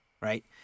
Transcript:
right